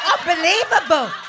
Unbelievable